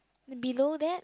below that